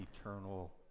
eternal